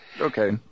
Okay